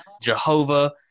Jehovah